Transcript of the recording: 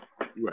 Right